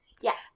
Yes